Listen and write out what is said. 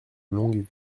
longues